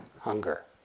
hunger